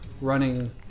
running